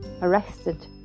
arrested